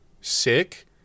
sick